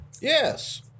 Yes